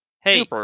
Hey